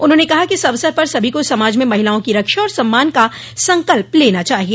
उन्होंने कहा कि इस अवसर पर सभी को समाज में महिलाओं की रक्षा और सम्मान का संकल्प लना चाहिए